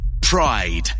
Pride